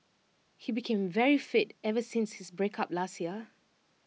he became very fit ever since his breakup last year